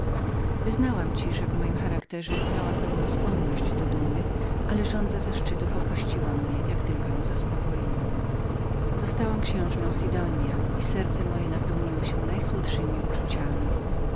wyznałam ci że w moim charakterze miałam pewną skłonność do dumy ale ta niepowściągniona żądza wielkości opuściła mnie jak tylko ją zaspokoiłam zostałam księżną sidonia i serce moje napełniło się najsłodszemi uczuciami